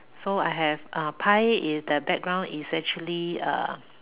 so I have uh pie i~ the background is actually err